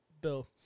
Bill